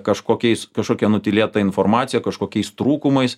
kažkokiais kažkokia nutylėta informacija kažkokiais trūkumais